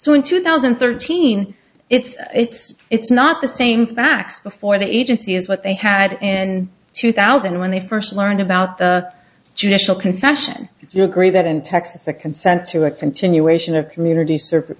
so in two thousand and thirteen it's it's it's not the same facts before the agency is what they had and two thousand when they first learned about the judicial confession if you agree that in texas a consent to a continuation of community service